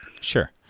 Sure